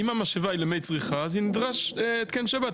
אם המשאבה היא למי צריכה, נדרש התקן שבת.